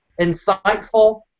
insightful